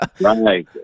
Right